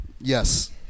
Yes